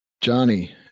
Johnny